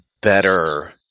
better